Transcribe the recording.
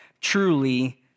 truly